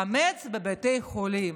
חמץ בבתי חולים,